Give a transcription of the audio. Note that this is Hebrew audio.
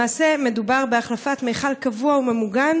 למעשה מדובר בהחלפת מכל קבוע וממוגן